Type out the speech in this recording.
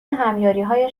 همیاریهای